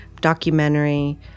documentary